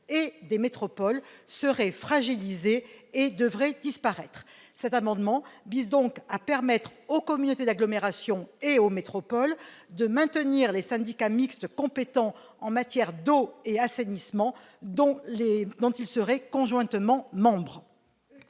et des métropoles seraient fragilisés et devraient disparaître. Cet amendement vise donc à permettre aux communautés d'agglomération et aux métropoles de maintenir les syndicats mixtes compétents en matière d'eau et d'assainissement dont elles seraient conjointement membres.